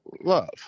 love